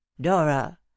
Dora